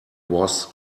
was